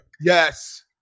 Yes